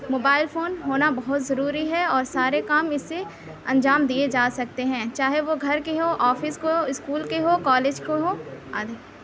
mobile phone ہونا بہت ضروری ہے اور سارے کام اِس سے انجام دیئے جا سکتے ہیں چاہے وہ گھر کے ہوں آفس کے ہوں اِسکول کے ہوں کالج کے ہوں آدھے